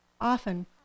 often